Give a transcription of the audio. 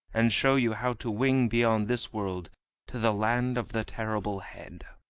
and show you how to wing beyond this world to the land of the terrible head.